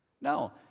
No